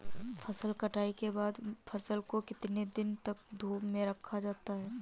फसल कटाई के बाद फ़सल को कितने दिन तक धूप में रखा जाता है?